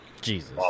Jesus